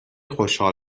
خوشحال